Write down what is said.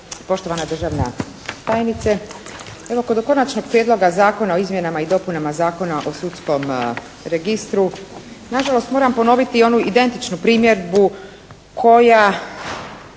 poštovana državna tajnice. Evo, kod Konačnog prijedloga zakona o izmjenama i dopunama Zakona o sudskom registru nažalost moram ponoviti onu identičnu primjedbu koja